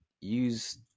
use